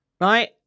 right